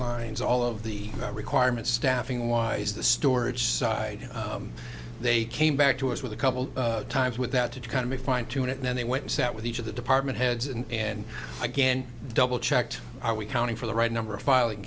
lines all of the requirements staffing wise the storage side they came back to us with a couple times with that to kind of a fine tune and then they went and sat with each of the department heads and and again double checked are we counting for the right number of filing